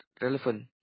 relevant